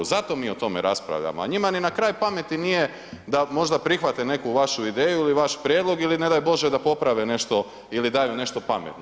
Zato mi o tome raspravljamo, a njima ni na kraj pameti nije da možda prihvate neku vašu ideju ili vaš prijedlog ili ne daj Bože da poprave nešto ili daju nešto pametno.